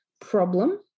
Problem